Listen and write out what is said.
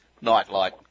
nightlight